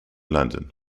london